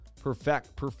perfect